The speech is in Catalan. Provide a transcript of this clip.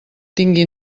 tingui